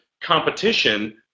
competition